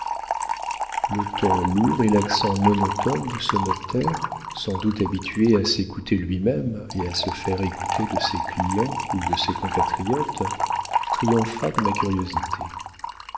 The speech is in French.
le ton lourd et l'accent monotone de ce notaire sans doute habitué à s'écouter lui-même et à se faire écouter de ses clients ou de ses compatriotes triompha de ma curiosité